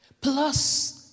Plus